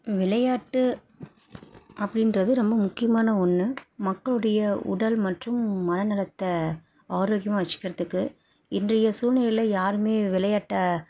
விளையாட்டு அப்படின்றது ரொம்ப முக்கியமான ஒன்று மக்களுடைய உடல் மற்றும் மன நலத்தை ஆரோக்கியமாக வச்சுக்கிறதுக்கு இன்றைய சூல்நிலையில் யாரும் விளையாட்ட